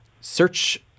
search